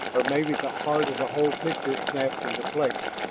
or maybe the heart of the whole picture snapped into place.